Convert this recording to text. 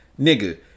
Nigga